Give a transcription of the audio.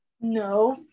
No